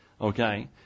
Okay